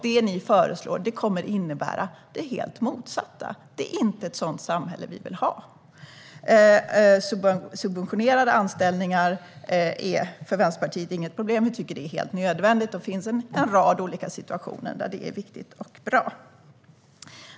Det ni föreslår kommer att innebära det helt motsatta. Det är inte ett sådant samhälle vi vill ha. Subventionerade anställningar är inget problem för Vänsterpartiet. Vi tycker att det är helt nödvändigt. Det finns en rad situationer där det är viktigt och bra.